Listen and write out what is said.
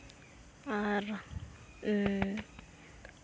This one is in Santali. ᱟᱨ